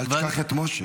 אל תשכח גם את משה.